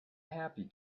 happy